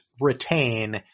retain